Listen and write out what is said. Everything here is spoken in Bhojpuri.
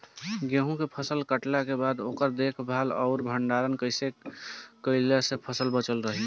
गेंहू के फसल कटला के बाद ओकर देखभाल आउर भंडारण कइसे कैला से फसल बाचल रही?